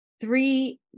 three